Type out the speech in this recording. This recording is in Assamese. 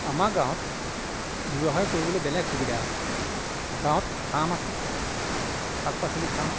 আমাৰ গাঁৱত ব্যৱসায় কৰিবলৈ বেলেগ সুবিধা আছে গাঁৱত ফাৰ্ম আছে শাক পাচলি ফাৰ্ম